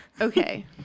Okay